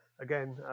Again